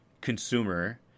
consumer